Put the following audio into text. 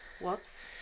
Whoops